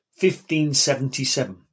1577